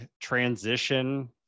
transition